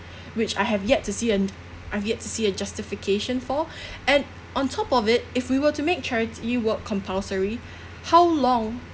which I have yet to see an~ i've yet to see a justification for and on top of it if we were to make charity work compulsory how long